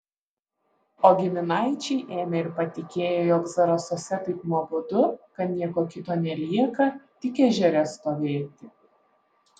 o giminaičiai ėmę ir patikėję jog zarasuose taip nuobodu kad nieko kito nelieka tik ežere stovėti